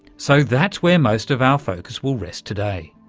so that's where most of our focus will rest today.